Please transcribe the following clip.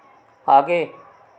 आगे